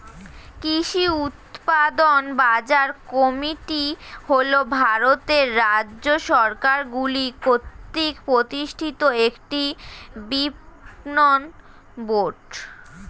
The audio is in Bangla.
কৃষি উৎপাদন বাজার কমিটি হল ভারতের রাজ্য সরকারগুলি কর্তৃক প্রতিষ্ঠিত একটি বিপণন বোর্ড